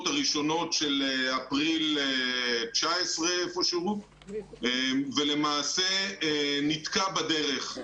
הראשונות של אפריל 19' איפה שהוא ולמעשה נתקע בדרך.